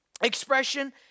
expression